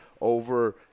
over